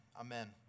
Amen